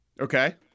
Okay